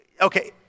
Okay